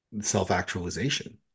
self-actualization